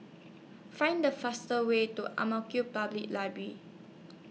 Find The fastest Way to Ang Mo Kio Public Library